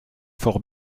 fort